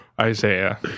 Isaiah